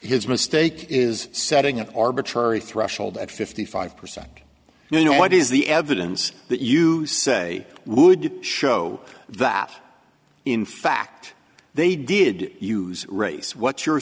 his mistake is setting an arbitrary threshold at fifty five percent you know what is the evidence that you say would show that in fact they did use race what's your